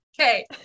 okay